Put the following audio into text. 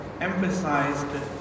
emphasized